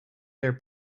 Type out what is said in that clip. their